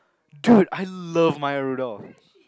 Dude I love Maya-Rudolph